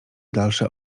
dalsze